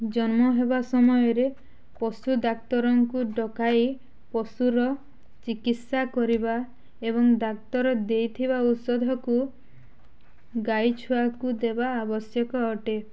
ଜନ୍ମ ହେବା ସମୟରେ ପଶୁ ଡାକ୍ତରଙ୍କୁ ଡକାଇ ପଶୁର ଚିକିତ୍ସା କରିବା ଏବଂ ଡାକ୍ତର ଦେଇଥିବା ଔଷଧକୁ ଗାଈ ଛୁଆକୁ ଦେବା ଆବଶ୍ୟକ ଅଟେ